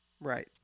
Right